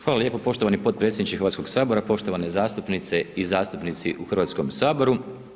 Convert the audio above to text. Hvala lijepo poštovani potpredsjedniče Hrvatskog sabora, poštovane zastupnice i zastupnici u Hrvatskom saboru.